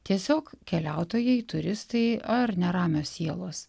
tiesiog keliautojai turistai ar neramios sielos